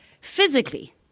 Physically